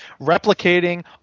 replicating